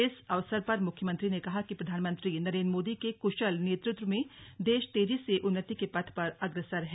इस अवसर पर मुख्यमंत्री ने कहा कि प्रधानमंत्री नरेंद्र मोदी के कृशल नेतृत्व में देश तेजी से उन्नति के पथ पर अग्रसर है